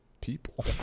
people